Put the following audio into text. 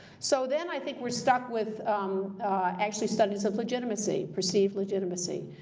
so then, i think, we're stuck with actually studies of legitimacy, perceived legitimacy,